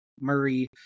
murray